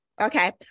okay